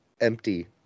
empty